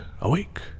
awake